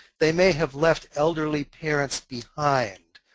they may have left elderly parents behind.